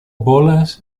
bolas